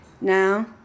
Now